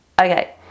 Okay